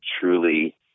truly